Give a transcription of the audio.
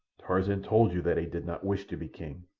tarzan told you that he did not wish to be king.